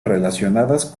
relacionadas